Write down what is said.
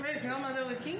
where is your mother working